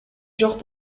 жок